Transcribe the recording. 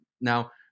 Now